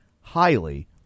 highly